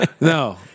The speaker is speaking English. no